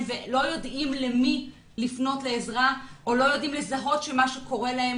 ולא יודעים למי לפנות לעזרה או לא יודעים לזהות שמשהו קורה להם,